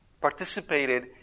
participated